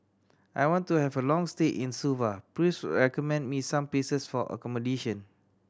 I want to have a long stay in Suva please recommend me some places for accommodation